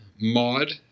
mod